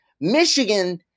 Michigan